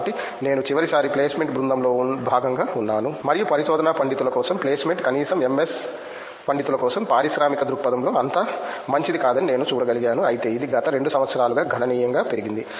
కాబట్టి నేను చివరిసారి ప్లేస్మెంట్ బృందంలో భాగంగా ఉన్నాను మరియు పరిశోధనా పండితుల కోసం ప్లేస్మెంట్ కనీసం ఎంఎస్ పండితుల కోసం పారిశ్రామిక దృక్పథంలో అంత మంచిది కాదని నేను చూడగలిగాను అయితే ఇది గత 2 సంవత్సరాలుగా గణనీయంగా పెరిగింది